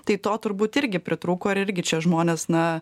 tai to turbūt irgi pritrūko ir irgi čia žmonės na